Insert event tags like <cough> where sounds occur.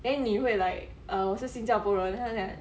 then 你会 like err 我是新加坡人 <noise>